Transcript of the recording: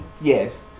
Yes